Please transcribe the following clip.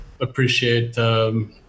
appreciate